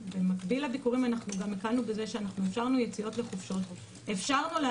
במקביל לביקורים אנחנו גם הקלנו בזה שאפשרנו יציאות לחופשות,